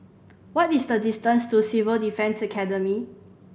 what is the distance to Civil Defence Academy